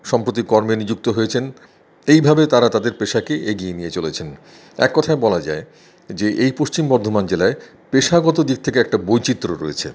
সম্প্রতি কর্মে নিযুক্ত হয়েছেন এইভাবে তারা তাদের পেশাকে এগিয়ে নিয়ে চলেছেন এক কথায় বলা যায় যে এই পশ্চিম বর্ধমান জেলায় পেশাগত দিক থেকে একটা বৈচিত্র্য রয়েছে